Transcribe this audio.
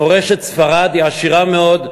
מורשת ספרד היא עשירה מאוד,